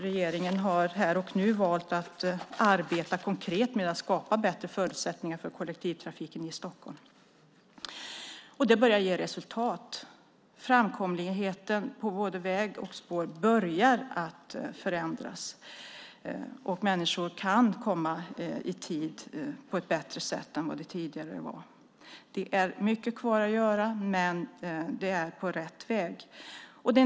Regeringen har här och nu valt att arbeta konkret med att skapa bättre förutsättningar för kollektivtrafiken i Stockholm. Det börjar ge resultat. Framkomligheten på både väg och spår börjar förändras. Människor kan lättare komma i tid än tidigare. Det är mycket kvar att göra, men det är på rätt väg.